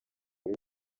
ruri